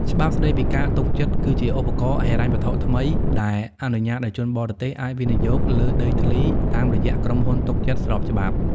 ច្បាប់ស្ដីពីការទុកចិត្ត គឺជាឧបករណ៍ហិរញ្ញវត្ថុថ្មីដែលអនុញ្ញាតឱ្យជនបរទេសអាចវិនិយោគលើដីធ្លីតាមរយៈក្រុមហ៊ុនទុកចិត្តស្របច្បាប់។